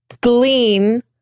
glean